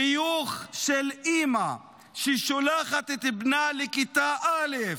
חיוך של אימא ששולחת את בנה לכיתה א'